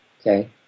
Okay